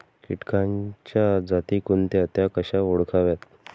किटकांच्या जाती कोणत्या? त्या कशा ओळखाव्यात?